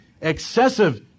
Excessive